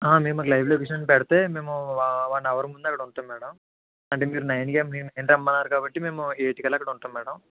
మీరు మాకు live location పెడితే మేము వన్ అవర్ ముందు అక్కడ ఉంటాం మ్యాడం అంటే మీరు నైన్కి రమ్మన్నారు కాబట్టి మేము ఎయిట్ కల్లా అక్కడ ఉంటాం మ్యాడం